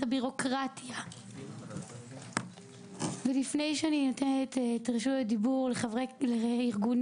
את הבירוקרטיה ולפני שאני נותנת את רשות הדיבור לארגונים,